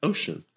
Ocean